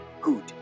Good